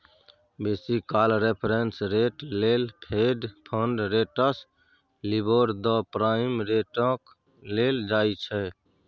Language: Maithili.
बेसी काल रेफरेंस रेट लेल Fed fund rates, LIBOR, the prime रेटकेँ लेल जाइ छै